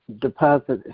deposit